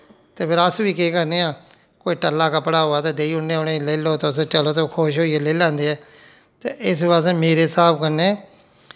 ते फिर अस बी केह् करने आं कोई टल्ला कपड़ा होऐ ते देई ओड़ने आं उ'नें गी लेई लैओ तुस ते चलो ते ओह् खुश होइयै लेई लैंदे ते इस बास्तै मेरे स्हाब कन्नै